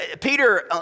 Peter